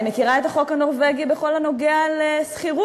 אני מכירה את החוק הנורבגי בכל הנוגע לשכירות.